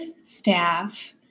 staff